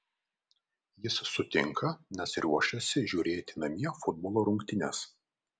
jis sutinka nes ruošiasi žiūrėti namie futbolo rungtynes